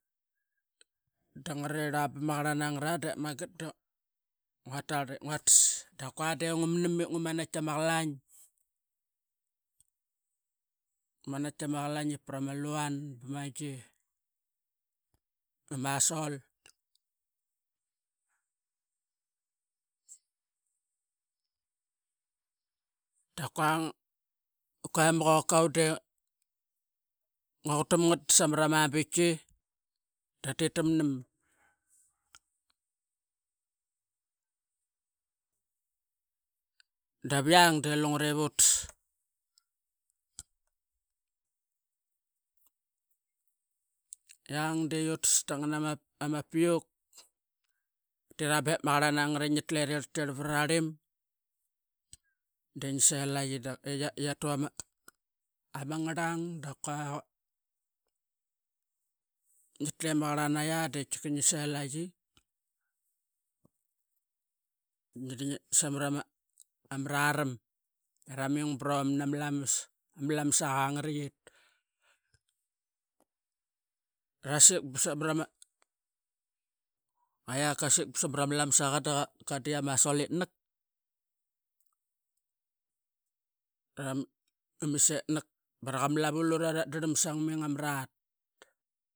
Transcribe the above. Da nga rarirl bama qarlana ngat dep magat da nguatarl nguatarl ep ngua tas da qua de qua ugumnam ngat ep ngu manait tama qalain, ngu manait tama qalain ep prama luan bama gi, ama sol. Da kua kua ama qokau de ngua qutam ngat samara ma biatk i tatit tamnam. Da viang de lungure vu tas. Iang de utas ta ngana ma piuk ngatira ba ma qarlan na ngat i ngi tlu rirltirl vava ngararlim de ngi selai eatu ama ngarlang daqua ngi tlu iama qarlan naia tika ngi selai samara ma raram eraming brom na malamas ama lamasaqa arias. Rasik ba savarama, qua iak qasik ba samarama lamasaqa da qa dit ama sol itnak. Dra mit setnak baraqa malavu lure rat drlam sangming marat.